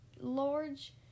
large